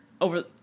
over